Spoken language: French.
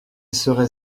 serait